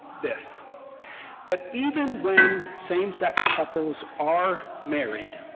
this that even when same-sex couples are married,